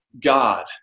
God